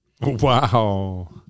Wow